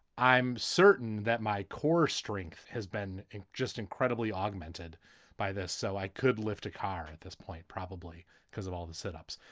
i'm certain that my core strength has been just incredibly augmented by this so i could lift a car at this point, probably because of all the setups.